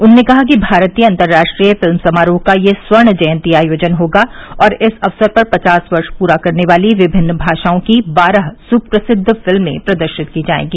उन्होंने कहा कि भारतीय अंतर्राष्ट्रीय फिल्म समारोह का यह स्वर्ण जयंती आयोजन होगा और इस अवसर पर पचास वर्ष पूरा करने वाली विभिन्न भाषाओं की बारह सुप्रसिद्व फिल्में प्रदर्शित की जायेंगी